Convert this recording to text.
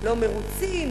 לא מרוצים,